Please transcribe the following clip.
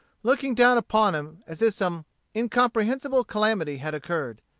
looking down upon him as if some incomprehensible calamity had occurred.